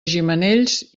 gimenells